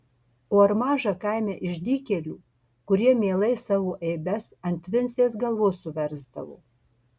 o ar maža kaime išdykėlių kurie mielai savo eibes ant vincės galvos suversdavo